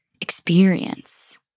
experience